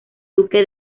duque